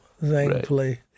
thankfully